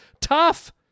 tough